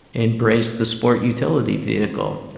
embraced the sport utility vehicle,